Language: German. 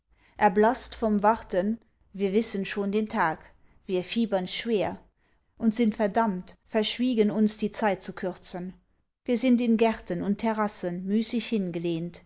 erblaßt vom warten wir wissen schon den tag wir fiebern schwer und sind verdammt verschwiegen uns die zeit zu kürzen wir sind in gärten und terrassen müßig